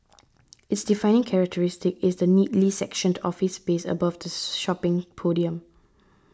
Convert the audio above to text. its defining characteristic is the neatly sectioned office space above the shopping podium